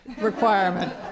requirement